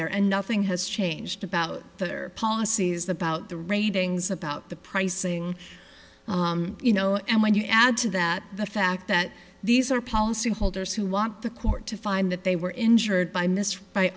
there and nothing has changed about the other policies that about the ratings about the pricing you know and when you add to that the fact that these are policyholders who want the court to find that they were injured by missed by